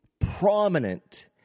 prominent